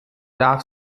darf